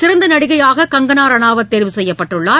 சிறந்தநடிகையாக கங்கனாரனாவத் தேர்வு செய்யப்பட்டுள்ளார்